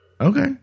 Okay